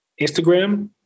Instagram